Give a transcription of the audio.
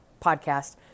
podcast